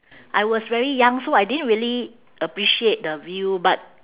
I was very young so I didn't really appreciate the view but